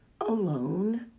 alone